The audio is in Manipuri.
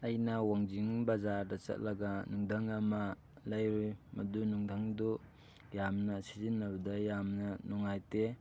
ꯑꯩꯅ ꯋꯥꯡꯖꯤꯡ ꯕꯖꯥꯔꯗ ꯆꯠꯂꯒ ꯅꯨꯡꯗꯪ ꯑꯃ ꯂꯩꯔꯨꯏ ꯃꯗꯨ ꯅꯨꯡꯗꯪꯗꯨ ꯌꯥꯝꯅ ꯁꯤꯖꯤꯟꯅꯕꯗ ꯌꯥꯝꯅ ꯅꯨꯡꯉꯥꯏꯇꯦ